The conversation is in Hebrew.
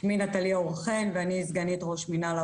אנו כרשות